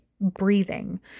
breathing